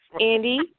Andy